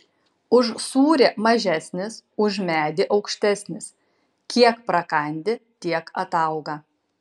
už sūrį mažesnis už medį aukštesnis kiek prakandi tiek atauga